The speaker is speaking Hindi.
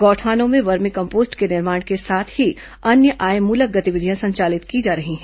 गौठानों में वर्मी कम्पोस्ट के निर्माण के साथ ही अन्य आयमूलक गतिविधियां संचालित की जा रही हैं